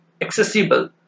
accessible